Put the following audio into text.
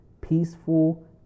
peaceful